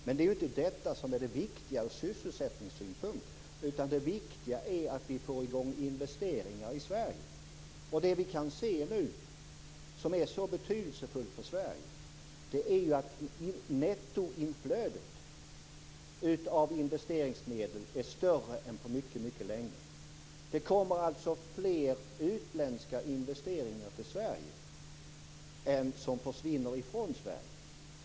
Men det är ju inte detta som är det viktiga från sysselsättningssynpunkt utan det viktiga är att vi får investeringar till Sverige. Nu kan vi se att nettoinflödet av investeringsmedel är större än på mycket länge. Det kommer alltså fler utländska investeringar till Sverige än vad som försvinner från Sverige.